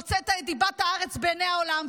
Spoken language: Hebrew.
הוצאת את דיבת הארץ בעיני העולם.